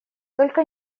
только